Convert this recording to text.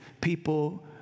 people